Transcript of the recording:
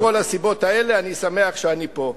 מכל הסיבות האלה אני שמח שאני פה.